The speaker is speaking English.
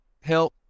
help